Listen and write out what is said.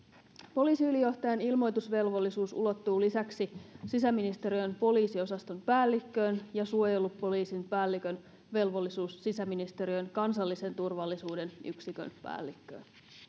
poliisiylijohtajan ilmoitusvelvollisuus ulottuu lisäksi sisäministeriön poliisiosaston päällikköön ja suojelupoliisin päällikön velvollisuus sisäministeriön kansallisen turvallisuuden yksikön päällikköön